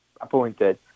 appointed